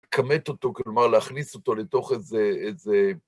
לכמת אותו, כלומר להכניס אותו לתוך איזה...